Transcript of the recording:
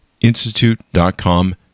institute.com